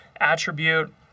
attribute